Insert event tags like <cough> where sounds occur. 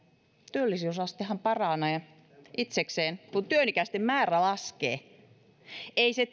työllisyysastehan paranee itsekseen kun työikäisten määrä laskee ei se <unintelligible>